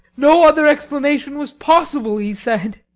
no other explanation was possible, he said.